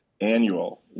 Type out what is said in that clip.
annual